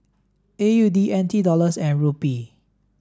A U D N T Dollars and Rupee